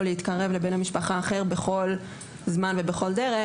להתקרב לבן משפחה אחר בכל זמן ובכל דרך,